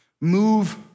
move